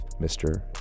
Mr